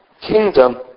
kingdom